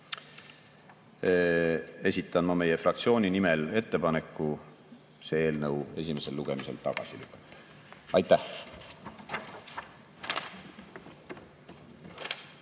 esitan ma meie fraktsiooni nimel ettepaneku see eelnõu esimesel lugemisel tagasi lükata. Aitäh!